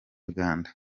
uganda